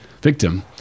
victim